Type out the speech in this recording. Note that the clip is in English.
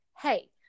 hey